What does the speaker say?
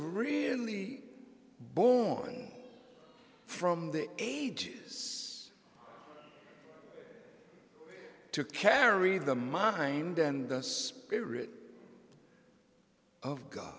really born from the ages to carry the mind and spirit of god